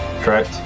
Correct